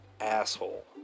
asshole